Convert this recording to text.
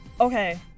Okay